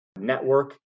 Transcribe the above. network